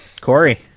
Corey